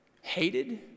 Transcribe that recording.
hated